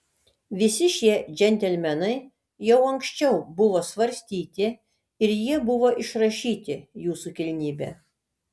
visi šie džentelmenai jau anksčiau buvo svarstyti ir jie buvo išrašyti jūsų kilnybe